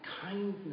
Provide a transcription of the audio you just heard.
Kindness